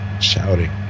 shouting